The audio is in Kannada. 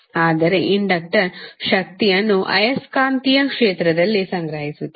ಆದರೆ ಇಂಡಕ್ಟರ್ ಶಕ್ತಿಯನ್ನು ಆಯಸ್ಕಾಂತೀಯ ಕ್ಷೇತ್ರದಲ್ಲಿ ಸಂಗ್ರಹಿಸುತ್ತದೆ